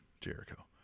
Jericho